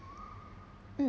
mm